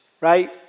right